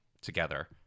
together